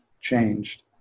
changed